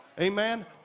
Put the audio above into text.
Amen